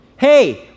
Hey